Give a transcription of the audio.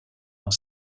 dans